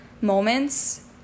moments